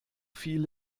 viel